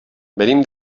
venim